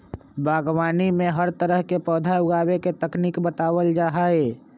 बागवानी में हर तरह के पौधा उगावे के तकनीक बतावल जा हई